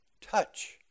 touch